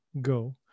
go